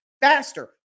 faster